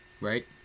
Right